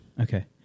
Okay